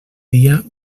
dia